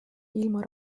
ilma